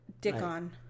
Dickon